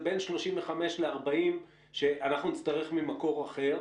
זה בין 35 ל-40 מיליון שאנחנו נצטרך ממקור אחר.